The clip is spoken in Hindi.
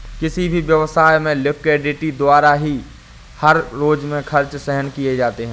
किसी भी व्यवसाय में लिक्विडिटी द्वारा ही हर रोज के खर्च सहन किए जाते हैं